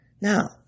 Now